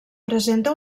presenta